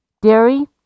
Dairy